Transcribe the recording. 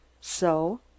So